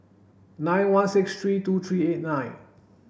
nine one six three two three eight nine